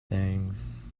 things